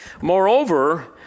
Moreover